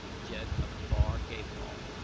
jed of far gathol.